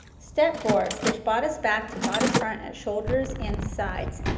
step four, stitch bodice back to bodice front shoulders and sides.